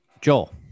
Joel